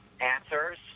answers